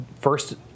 First